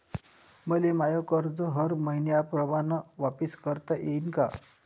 मले माय कर्ज हर मईन्याप्रमाणं वापिस करता येईन का?